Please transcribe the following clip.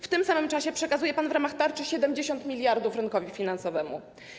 W tym samym czasie przekazuje pan w ramach tarczy 70 mld rynkowi finansowemu.